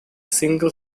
single